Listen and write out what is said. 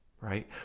right